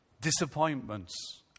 disappointments